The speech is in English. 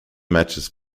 matches